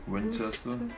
Winchester